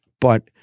but-